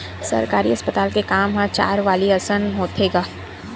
सरकारी अस्पताल के काम ह चारवाली असन होथे गा